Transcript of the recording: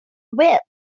whip